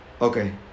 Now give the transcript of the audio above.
Okay